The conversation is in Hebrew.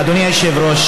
אדוני היושב-ראש,